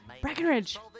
Breckenridge